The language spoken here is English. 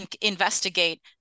investigate